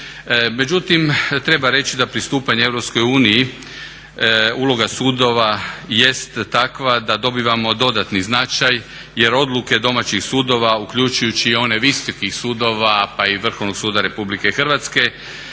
Međutim, treba reći da pristupanje Europskoj uniji uloga sudova jest takva da dobivamo dodatni značaj jer odluke domaćih sudova uključujući i one visokih sudova pa i Vrhovnog suda Republike Hrvatske